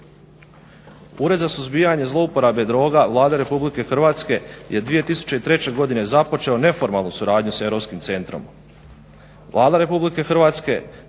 Ured za suzbijanje zlouporabe droga Vlada RH je 2003. godine započelo neformalnu suradnju s europskim centrom.